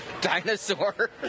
dinosaur